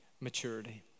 maturity